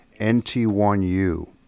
NT1U